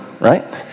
right